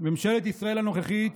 ממשלת ישראל הנוכחית,